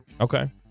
Okay